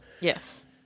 Yes